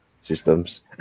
systems